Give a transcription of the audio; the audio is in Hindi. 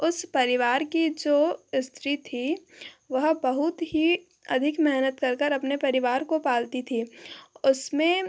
उस परिवार की जो स्त्री थी वह बहुत ही अधिक मेहनत करके अपने परिवार को पालती थी उसमें